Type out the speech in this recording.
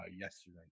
yesterday